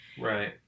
right